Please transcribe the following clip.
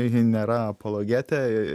ji nėra apologetė